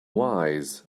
wise